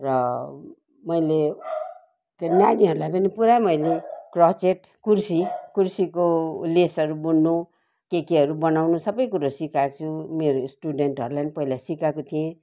र मैले त्यो नानीहरूलाई नि पुरा मैले क्रचेट कुर्सी कुर्सीको लेसहरू बुन्नु के केहरू बनाउनु सबै कुरो सिकाएको छु मेरो स्टुडेन्टहरूलाई पनि पहिला सिकाएको थिएँ